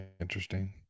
Interesting